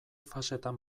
fasetan